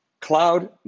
Cloud